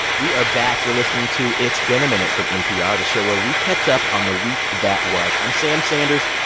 we are back. you're listening to it's been a minute from npr, the show where we catch up on the week that was. i'm sam sanders,